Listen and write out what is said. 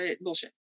bullshit